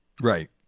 Right